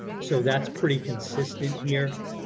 so that's pretty consistent here,